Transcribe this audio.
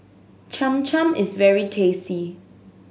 Cham Cham is very tasty